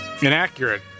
inaccurate